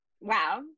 Wow